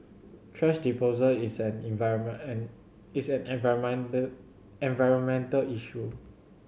thrash disposal is an is an environmental environmental issue